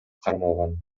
кармалган